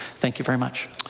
thank you very much.